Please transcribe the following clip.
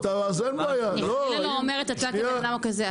אתה כבן אדם לא כזה,